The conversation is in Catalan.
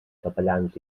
capellans